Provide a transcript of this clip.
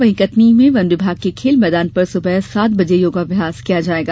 वहीं कटनी मे वन विभाग के खेल मैदान पर सुबह सात बजे योगाभ्यास किया जायेगा